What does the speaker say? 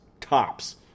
tops